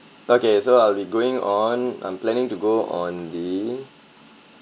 okay so I'll be going on I'm planning to go on the